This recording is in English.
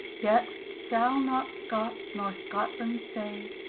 yett shall not scotts nor scotland say,